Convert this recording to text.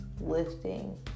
lifting